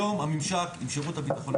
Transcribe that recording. אני חייב להגיד משהו.